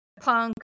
punk